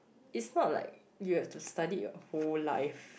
is not like you have to study your whole life